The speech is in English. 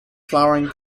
flowering